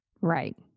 Right